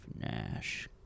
Nash